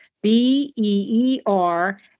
B-E-E-R